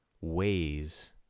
ways